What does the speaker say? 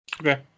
Okay